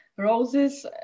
roses